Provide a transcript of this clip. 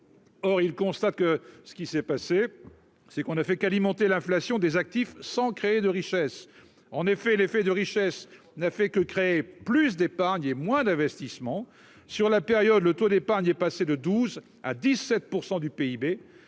Or, il constate que ce qui s'est passé, c'est qu'on a fait qu'alimenter l'inflation des actifs sans créer de richesse, en effet, l'effet de richesse n'a fait que créer plus d'épargne et moins d'investissements sur la période, le taux d'épargne est passé de 12 à 17 % du PIB